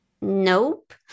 Nope